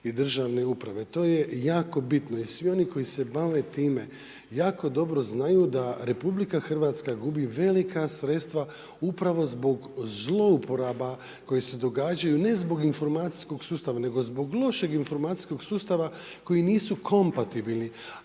i državne uprave. To je jako bitno i svi oni koji se bave time jako dobro znaju da RH gubi velika sredstva upravo zbog zlouporaba koje se događaju, ne zbog informacijskog sustava nego zbog lošeg informacijskog sustava koji nisu kompatibilni,